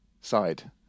side